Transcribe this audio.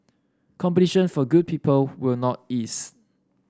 competition for good people will not ease